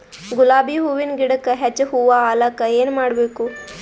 ಗುಲಾಬಿ ಹೂವಿನ ಗಿಡಕ್ಕ ಹೆಚ್ಚ ಹೂವಾ ಆಲಕ ಏನ ಮಾಡಬೇಕು?